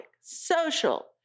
social